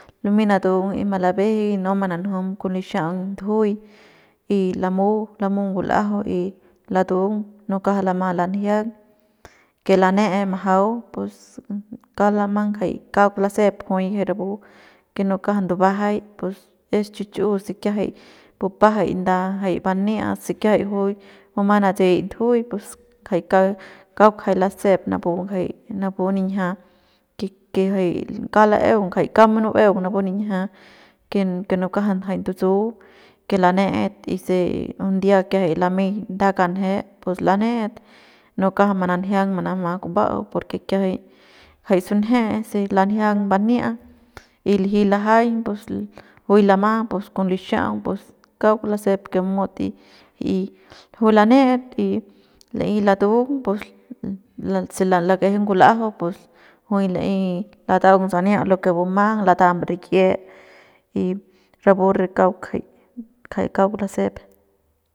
Lumey natung y malabejey y no mananjum con lixa'aung ndujuy y la mu la mu ngul'ajau y latung y no kja lama lanjiang que lane'e majau pus kauk lamang jay kauk lasep juy rapu que no kja ndubajay pus es chi chu'u se kiajay bupajay jay nda jay bania se kiajay se juy bumang natse'ey ndujuy pus jay kauk jay lasep napu jay napu ninjia que jay kauk la'eung jay kauk munu'ueung napu ninjia que no kja jay ndutsu que lane'et y se un dia kiajay lamey nda kanje pus lane'et no kja mananjiang manama kuba'au porque kiajay sunje se lanjiang bania y liji lajaiñ pus juy lama pus con lixa'aung pus kauk lasep que mut y y juy lane'et y la'ey latung pus y se lakeje ngul'ajau pus juy la'ey lataung sania lo que bumang latam rik'ie y rapu re kauk jay kjay kauk lasep.